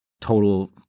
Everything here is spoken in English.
total